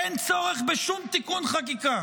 אין צורך בשום תיקון חקיקה,